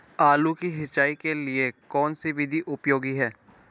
आलू की सिंचाई के लिए कौन सी विधि उपयोगी है?